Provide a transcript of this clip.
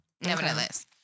nevertheless